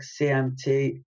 CMT